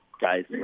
guys